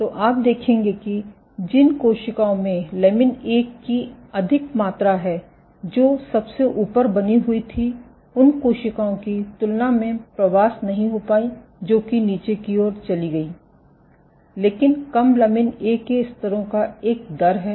तो आप देखेंगे कि जिन कोशिकाओं में लमिन ए की अधिक मात्रा है जो सबसे ऊपर बनी हुई थी उन कोशिकाओं की तुलना में प्रवास नहीं हो पाई जो कि नीचे की ओर चली गई लेकिन कम लमिन ए के स्तरों का एक दर है